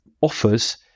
offers